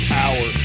power